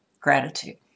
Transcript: gratitude